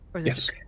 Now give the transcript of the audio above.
yes